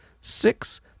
six